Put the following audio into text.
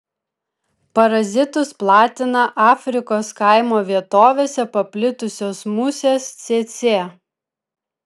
parazitus platina afrikos kaimo vietovėse paplitusios musės cėcė